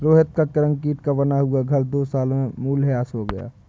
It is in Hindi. रोहित का कंक्रीट का बना हुआ घर दो साल में मूल्यह्रास हो गया